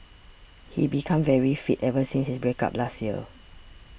he became very fit ever since his break up last year